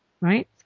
right